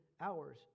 hours